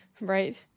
right